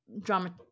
drama